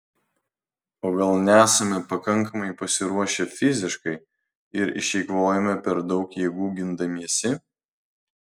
o gal nesame pakankamai pasiruošę fiziškai ir išeikvojome per daug jėgų gindamiesi